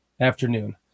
afternoon